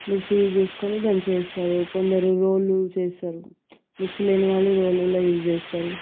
mixie use చేసుకొని దంచి వేస్తారు కొందరు రోళ్ళు యూజ్ చేస్తారు మిక్సీ లేనివాళ్ళు రోళ్ళలో యూజ్ చేస్తారు